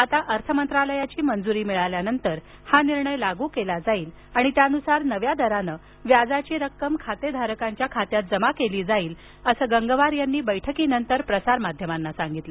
आता अर्थमंत्रालयाची मंजुरी मिळाल्यानंतर हा निर्णय लागू केला जाईल आणि त्यानुसार नव्या दरानं व्याजाची रक्कम खातेधारकांच्या खात्यात जमा केली जाईल असं गंगवार यांनी बैठकीनंतर प्रसारमाध्यमांना सांगितलं